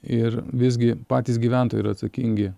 ir visgi patys gyventojai yra atsakingi